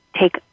take